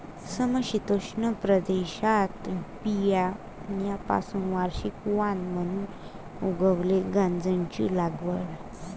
समशीतोष्ण प्रदेशात बियाण्यांपासून वार्षिक वाण म्हणून उगवलेल्या गांजाची लागवड